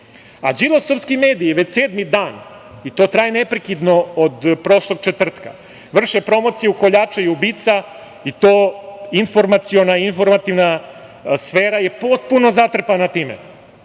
objavio. Đilasovski mediji već sedmi dan, i to traje neprekidno od prošlog četvrtka, vrše promociju koljača i ubica i to informaciono-informativna sfera je potpuno zatrpana time